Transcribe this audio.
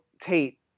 Tate